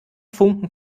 funken